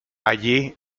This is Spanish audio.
allí